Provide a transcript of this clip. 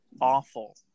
awful